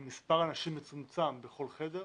עם מספר אנשים מצומצם בכל חדר,